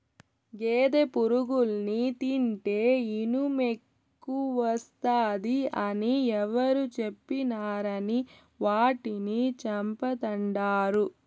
గేదె పురుగుల్ని తింటే ఇనుమెక్కువస్తాది అని ఎవరు చెప్పినారని వాటిని చంపతండాడు